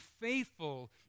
faithful